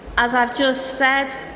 as i've just said,